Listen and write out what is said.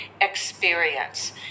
experience